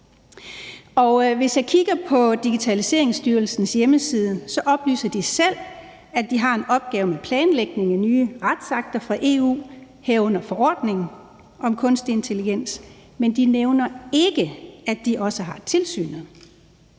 Hvis jeg kigger på Digitaliseringsstyrelsens hjemmeside, oplyser de selv, at de har en opgave med planlægning af nye retsakter fra EU, herunder forordningen om kunstig intelligens, men de nævner ikke, at de også har tilsynet.